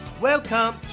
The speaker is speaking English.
Welcome